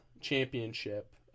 championship